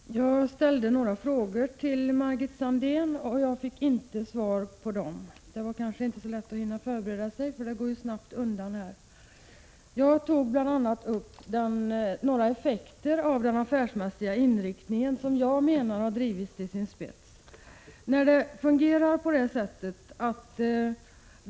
Herr talman! Jag ställde några frågor till Margit Sandéhn, och jag fick inte svar på dem. Det var kanske inte så lätt att hinna förbereda det — det går ju snabbt undan här. Jag tog upp bl.a. några effekter av den affärsmässiga inriktningen, som jag menar har drivits till sin spets.